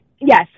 yes